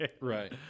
Right